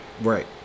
right